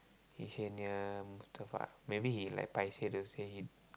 he say near Mustafa maybe he like paiseh to say he